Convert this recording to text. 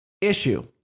Issue